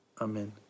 Amen